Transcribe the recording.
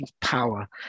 power